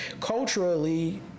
culturally